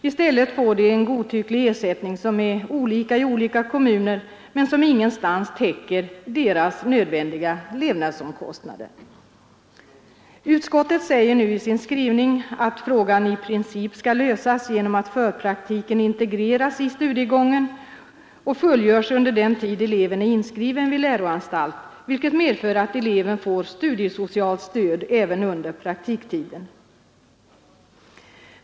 I stället får de en godtycklig ersättning, som är olika i olika kommuner men som ingenstans täcker nödvändiga levnadsomkostnader. Utskottet säger nu i sin skrivning att frågan i princip skall lösas genom att förpraktiken integreras i studiegången och fullgörs under den tid eleven är inskriven i läroanstalt, vilket medför att eleven får studiesocialt stöd även under praktiktiden.